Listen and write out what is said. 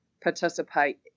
participate